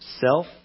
self